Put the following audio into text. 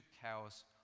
cows